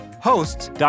Hosts